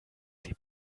sie